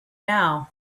now